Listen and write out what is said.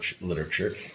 literature